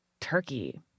turkey